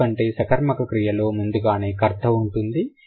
ఎందుకంటే సకర్మక క్రియలో ముందుగానే కర్త ఉంటుంది